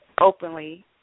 openly